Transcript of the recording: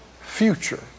future